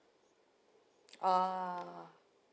oh